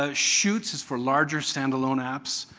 ah shoots is for larger standalone apps.